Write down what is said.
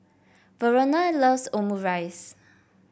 Verona loves Omurice